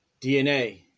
DNA